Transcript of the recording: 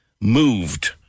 moved